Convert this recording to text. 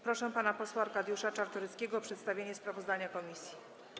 Proszę pana posła Arkadiusza Czartoryskiego o przedstawienie sprawozdania komisji.